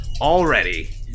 already